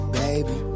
baby